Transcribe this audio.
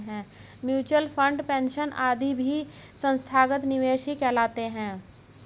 mutual fund, pension आदि भी संस्थागत निवेशक ही कहलाते हैं